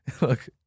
Look